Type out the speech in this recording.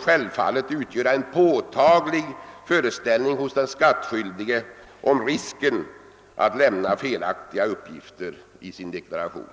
självfallet också utgöra en påtaglig varning för den skattskyldige när det gäller risken att lämna felaktiga uppgifter i deklarationen.